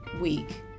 week